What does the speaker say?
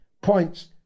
points